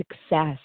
success